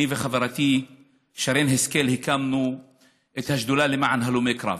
אני וחברתי שרן השכל הקמנו את השדולה למען הלומי קרב.